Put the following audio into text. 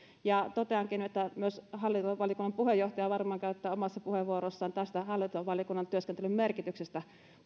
ja toteankin että myös hallintovaliokunnan puheenjohtaja varmaan omassa puheenvuorossaan puhuu tästä hallintovaliokunnan työskentelyn merkityksestä